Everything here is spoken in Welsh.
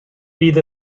bydd